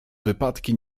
wypadki